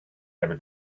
able